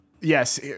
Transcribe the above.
yes